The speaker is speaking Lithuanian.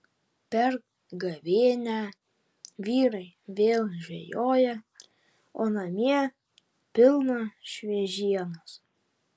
per gavėnią vyrai vėl žvejoja o namie pilna šviežienos